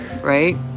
right